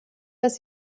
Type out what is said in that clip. dass